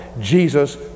jesus